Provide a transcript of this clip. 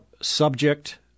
subject